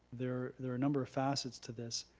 there there are a number of facets to this.